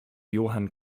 johann